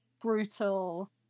brutal